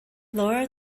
laura